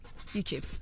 YouTube